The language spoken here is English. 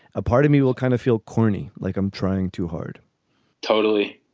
a part of me will kind of feel corny, like i'm trying too hard totally.